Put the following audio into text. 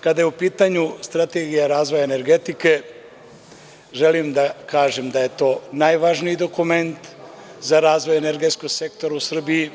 Kada je u pitanju Strategija razvoja energetike, želim da kažem da je to najvažniji dokument za razvoj energetskog sektora u Srbiji